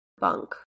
bunk